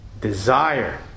desire